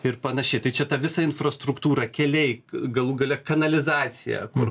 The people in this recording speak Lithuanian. ir panašiai tai čia ta visa infrastruktūra keliai galų gale kanalizacija kur